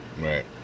Right